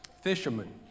fishermen